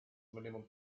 minimum